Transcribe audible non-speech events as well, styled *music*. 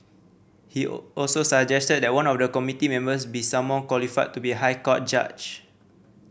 he *unintelligible* also suggested that one of the committee members be someone qualified to be a High Court judge